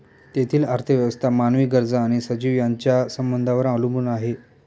तेथील अर्थव्यवस्था मानवी गरजा आणि सजीव यांच्या संबंधांवर अवलंबून आहे